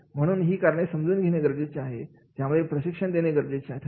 म्हणून ही कारणे समजून घेणे गरजेचे आहे ज्यामुळे प्रशिक्षण देणे गरजेचे ठरते